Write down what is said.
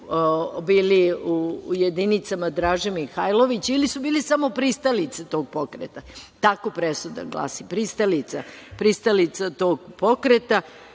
bili u jedinicama Draže Mihailovića ili su bili samo pristalice tog pokreta. Tako presuda glasi – pristalica tog pokreta.